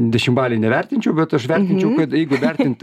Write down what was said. dešimbalėj nevertinčiau bet aš vertinčiau jeigu vertint